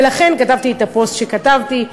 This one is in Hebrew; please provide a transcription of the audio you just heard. ולכן כתבתי את הפוסט שכתבתי,